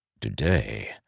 Today